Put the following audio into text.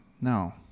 No